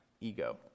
ego